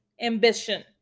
ambition